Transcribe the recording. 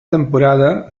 temporada